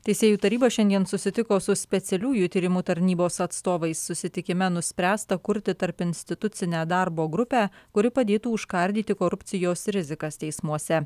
teisėjų taryba šiandien susitiko su specialiųjų tyrimų tarnybos atstovais susitikime nuspręsta kurti tarpinstitucinę darbo grupę kuri padėtų užkardyti korupcijos rizikas teismuose